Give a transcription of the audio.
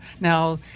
Now